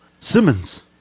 Simmons